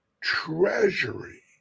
treasury